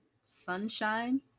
sunshine